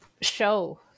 show